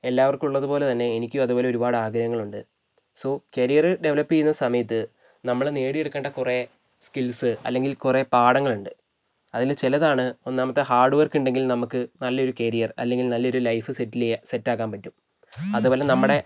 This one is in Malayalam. എല്ലാവർക്കും ഉള്ളത് പോലെ തന്നെ എനിക്കും അതുപോലെ ഒരുപാട് ആഗ്രഹങ്ങളുണ്ട് സോ കരിയർ ഡെവലപ്പ് ചെയ്യുന്ന സമയത്ത് നമ്മള് നേടിയെടുക്കേണ്ട കുറെ സ്കിൽസ് അല്ലെങ്കിൽ കുറെ പാഠങ്ങളുണ്ട് അതില് ചിലതാണ് ഒന്നാമത്തെ ഹാർഡ്വർക് ഉണ്ടെങ്കിൽ നമുക്ക് നല്ലൊരു കെരിയർ അല്ലെങ്കിൽ നല്ലൊരു ലൈഫ് സെറ്റിൽ ചെയ്യാൻ സെറ്റാക്കാൻ പറ്റും അതുപോലെ നമ്മുടെ